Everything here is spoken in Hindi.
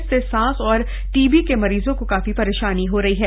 इससे सांस और टीबी के मरीजों को काफी परेशानी हो रही है